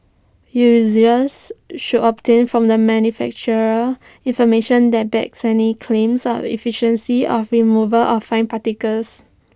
users should obtain from the manufacturer information that backs any claims on efficiency of removal of fine particles